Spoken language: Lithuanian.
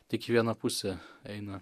tik į vieną pusę eina